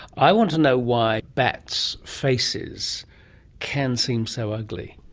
i want to know why bats faces can seem so ugly.